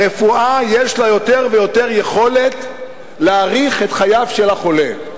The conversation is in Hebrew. הרפואה יש לה יותר ויותר יכולת להאריך את חייו של החולה,